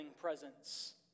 presence